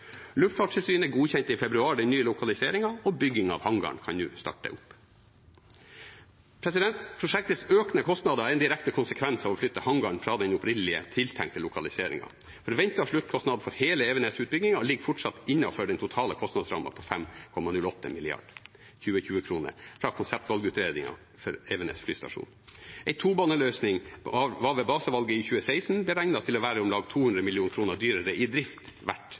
i februar den nye lokaliseringen, og byggingen av hangaren kan nå starte opp. Prosjektets økende kostnader er en direkte konsekvens av å flytte hangaren fra den opprinnelig tiltenkte lokaliseringen. Forventet sluttkostnad for hele Evenes-utbyggingen ligger fortsatt innenfor den totale kostnadsrammen på 5,08 mrd. 2020-kroner fra konseptvalgutredningen for Evenes flystasjon. En tobaneløsning var ved basevalget i 2016 beregnet til å være om lag 200 mill. kr dyrere i drift hvert